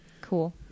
Cool